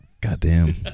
Goddamn